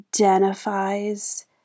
identifies